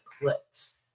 clicks